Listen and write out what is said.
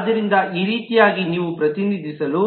ಆದ್ದರಿಂದ ಈ ರೀತಿಯಾಗಿ ನೀವು ಪ್ರತಿನಿಧಿಸಲು